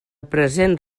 present